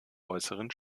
äußeren